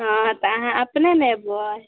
हँ तऽ अहाँ अपने ने अयबै